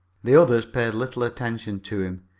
the others paid little attention to him,